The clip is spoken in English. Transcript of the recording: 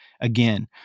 Again